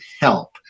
help